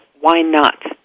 why-not